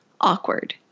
awkward